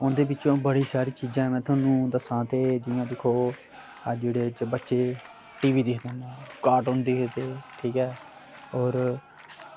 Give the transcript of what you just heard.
उंदे बिच्चों बड़ी सारी चीजां में थोआनू दस्सां ते जियां दिक्खो अज दी डेट च बच्चे टीवी दिक्खदे न कार्टून दिक्खदे ठीक ऐ और